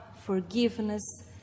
forgiveness